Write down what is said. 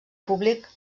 públic